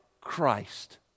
Christ